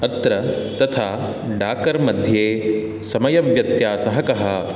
अत्र तथा डाकर् मध्ये समयव्यत्यासः कः